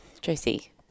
Josie